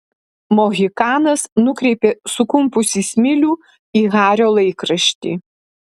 mohikanas nukreipė sukumpusį smilių į hario laikraštį